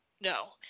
no